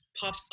pop